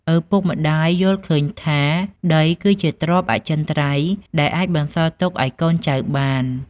ឪពុកម្ដាយយល់ឃើញថា ដីគឺជាទ្រព្យអចិន្ត្រៃយ៍ដែលអាចបន្សល់ទុកឱ្យកូនចៅបាន។